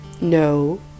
No